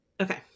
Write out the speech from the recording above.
okay